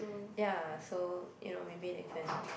ya so you know maybe they can